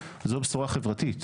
זו בשורה חברתית.